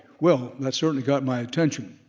well, that certainly got my attention.